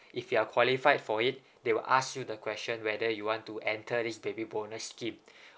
if you are qualified for it they will ask you the question whether you want to enter this baby bonus scheme